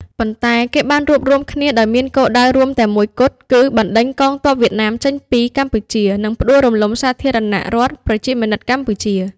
ប៉ុន្តែ គេបានរួបរួមគ្នាដោយមានគោលដៅរួមតែមួយគត់ គឺបណ្ដេញកងទ័ពវៀតណាមចេញពីកម្ពុជា និងផ្ដួលរំលំសាធារណរដ្ឋប្រជាមានិតកម្ពុជា។